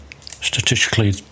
statistically